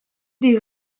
die